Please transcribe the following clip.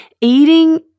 eating